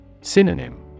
Synonym